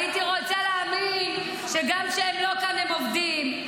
הייתי רוצה להאמין שגם כשהם לא כאן הם עובדים,